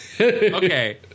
Okay